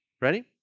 Ready